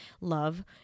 love